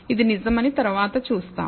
ఇది నిజమని తరువాత చూస్తాం